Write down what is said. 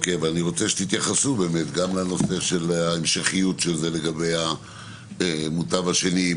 אני רוצה שתתייחסו גם לנושא של ההמשכיות של זה לגבי המוטב השני.